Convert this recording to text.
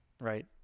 right